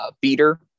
beater